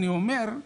אני אומר,